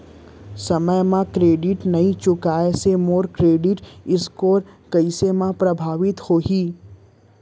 समय म ऋण नई चुकोय से मोर क्रेडिट स्कोर कइसे म प्रभावित होही?